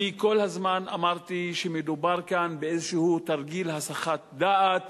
אני כל הזמן אמרתי שמדובר כאן באיזשהו תרגיל הסחת דעת